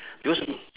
because